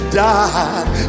died